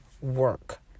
work